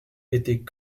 était